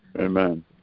amen